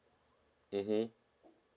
mmhmm